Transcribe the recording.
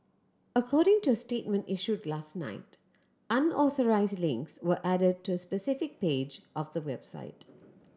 according to a statement issued last night unauthorised links were added to a specific page of the website